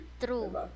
True